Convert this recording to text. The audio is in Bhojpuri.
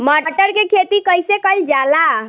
मटर के खेती कइसे कइल जाला?